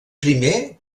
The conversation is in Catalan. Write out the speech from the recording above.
primer